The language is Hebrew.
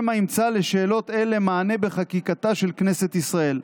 שמא יימצא לשאלות אלה מענה בחקיקתה של כנסת ישראל.